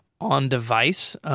on-device